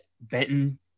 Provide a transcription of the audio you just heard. Benton